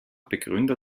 begründer